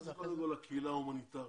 מה זה הקהילה ההומניטרית?